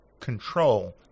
control